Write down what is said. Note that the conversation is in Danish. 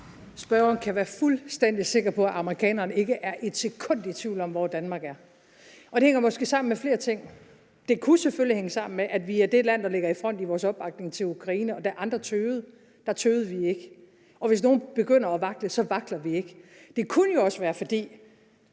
Spørgeren kan være fuldstændig sikker på, at amerikanerne ikke er et sekund i tvivl om, hvor Danmark står, og det hænger måske sammen med flere ting. Det kunne selvfølgelig hænge sammen med, at vi er det land, der ligger i front i vores opbakning til Ukraine. Da andre tøvede, tøvede vi ikke, og hvis nogen begynder at vakle, vakler vi ikke. Det kunne også være, fordi